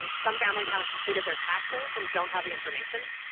and some families haven't completed their taxes and don't have the information.